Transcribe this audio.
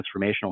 transformational